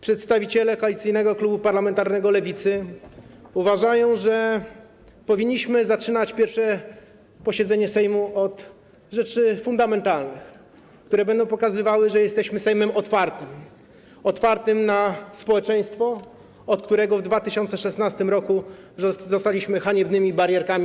Przedstawiciele Koalicyjnego Klubu Parlamentarnego Lewicy uważają, że powinniśmy zaczynać pierwsze posiedzenie Sejmu od rzeczy fundamentalnych, które będą pokazywały, że jesteśmy Sejmem otwartym na społeczeństwo, od którego 2016 r. zostaliśmy odgrodzeni haniebnymi barierkami.